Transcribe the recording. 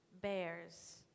bears